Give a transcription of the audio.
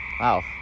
Wow